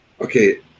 Okay